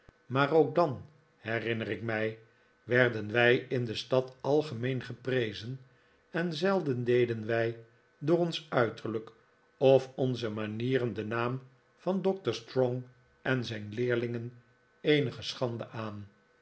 maar ook dan herinner ik mij werden wij in de stad algemeen geprezen en zelden deden wij door ons uiterlijk of onze manieren den naam van doctor strong en zijn leerlingen eenige schande aan